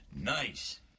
Nice